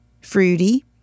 fruity